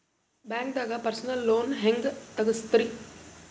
ಬ್ಯಾಂಕ್ದಾಗ personal loan ಹೆಂಗ್ ತಗ್ಸದ್ರಿ?